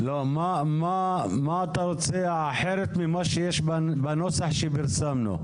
מה אתה רוצה אחרת מהנוסח שפרסמנו?